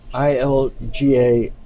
ILGA